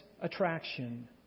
attraction